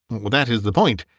that is the point.